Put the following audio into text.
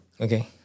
Okay